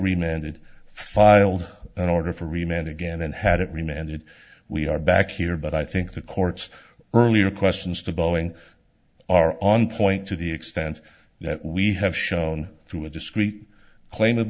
remained it filed an order for remained again and had it remain and it we are back here but i think the court's earlier questions to boeing are on point to the extent that we have shown through a discreet claim of